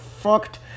fucked